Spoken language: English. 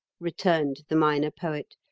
returned the minor poet,